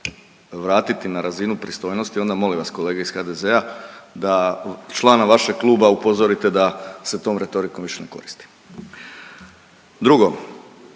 vratiti na razinu pristojnosti onda molim vas kolege iz HDZ-a da člana vašeg kluba upozorite da se tom retorikom više ne koristi. Drugo,